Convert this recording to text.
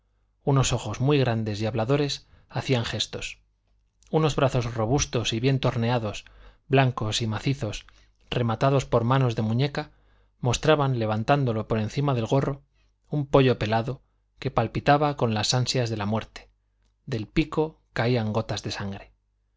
unos ojos muy grandes y habladores hacían gestos unos brazos robustos y bien torneados blancos y macizos rematados por manos de muñeca mostraban levantándolo por encima del gorro un pollo pelado que palpitaba con las ansias de la muerte del pico caían gotas de sangre